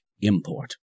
import